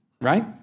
right